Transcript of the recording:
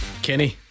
Kenny